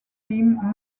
team